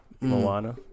Moana